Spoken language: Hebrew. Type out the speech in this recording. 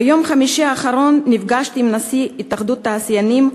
ביום חמישי האחרון נפגשתי עם נשיא התאחדות התעשיינים,